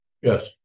yes